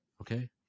Okay